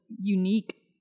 unique